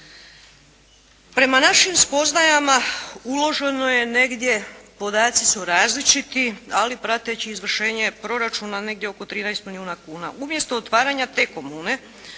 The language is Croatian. Prema našim spoznajama uloženo je negdje, podaci su različiti, ali prateći izvršenje proračuna negdje oko 13 milijuna kuna.